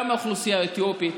גם האוכלוסייה האתיופית,